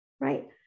right